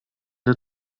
der